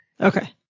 Okay